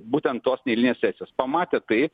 būtent tos neeilinės sesijos pamatę tai